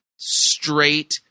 straight